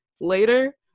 later